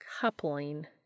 Coupling